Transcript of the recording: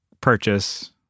purchase